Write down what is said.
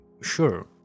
sure